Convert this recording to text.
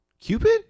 Cupid